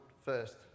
first